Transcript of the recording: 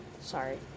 Sorry